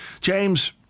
James